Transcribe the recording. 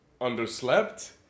underslept